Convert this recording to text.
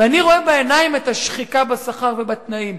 ואני רואה בעיניים את השחיקה בשכר ובתנאים.